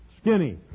Skinny